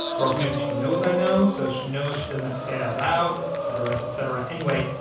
or else maybe she knows i know so she knows she doesn't have to say it out loud, et cetera, et cetera. anyway,